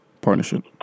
partnership